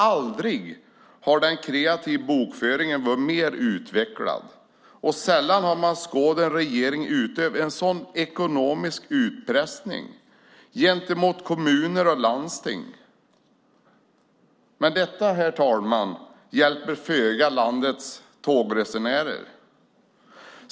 Aldrig har den kreativa bokföringen varit mer utvecklad, och sällan har man skådat en regering utöva en sådan ekonomisk utpressning gentemot kommuner och landsting. Detta, herr talman, hjälper föga landets tågresenärer.